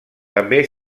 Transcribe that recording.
també